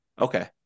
Okay